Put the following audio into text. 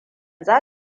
za